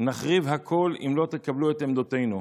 נחריב הכול אם לא תקבלו את עמדתנו.